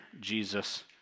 Jesus